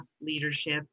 leadership